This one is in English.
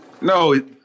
No